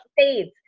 States